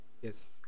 Yes